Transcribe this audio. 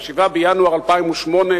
7 בינואר 2008,